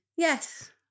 Yes